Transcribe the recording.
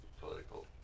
political